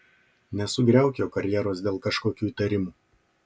nesugriauk jo karjeros dėl kažkokių įtarimų